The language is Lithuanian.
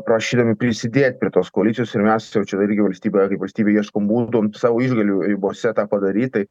prašydami prisidėt prie tos koalicijos ir mes jau čia irgi valstybė kaip valstybė ieškom būdų savo išgalių ribose tą padaryt tai